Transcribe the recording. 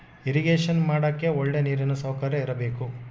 irrigation ಮಾಡಕ್ಕೆ ಒಳ್ಳೆ ನೀರಿನ ಸೌಕರ್ಯ ಇರಬೇಕು